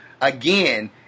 again